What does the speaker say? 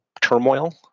turmoil